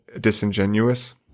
disingenuous